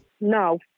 No